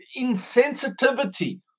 insensitivity